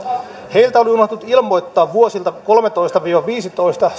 heiltä oli unohtunut ilmoittaa sataneljäkymmentäviisituhatta euroa vuosilta kolmetoista viiva viisitoista